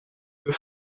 deux